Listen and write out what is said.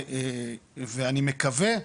ואני מקווה,